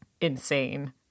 insane